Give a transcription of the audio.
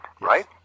right